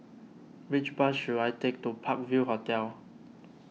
which bus should I take to Park View Hotel